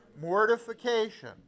Mortification